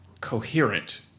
coherent